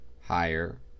higher